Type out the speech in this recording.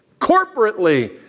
corporately